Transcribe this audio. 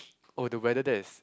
oh the weather there is